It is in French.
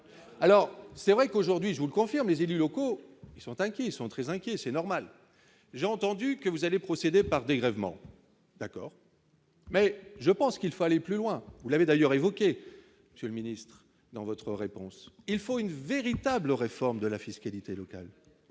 alors c'est vrai qu'aujourd'hui, je vous le confirme, les élus locaux qui sont inquiets, ils sont très inquiets et c'est normal, j'ai entendu que vous allez procéder par dégrèvements d'accord mais je pense qu'il faut aller plus loin, vous l'avez d'ailleurs évoqué Monsieur le Ministre dans votre réponse, il faut une véritable réforme de la fiscalité locale